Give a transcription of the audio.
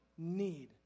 Need